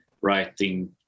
writing